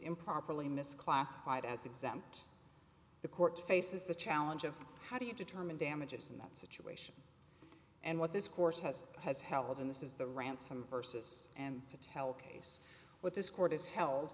improperly mis classified as exempt the court faces the challenge of how do you determine damages in that situation and what this course has has held in this is the ransom versus and patel case what this court has hel